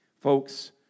Folks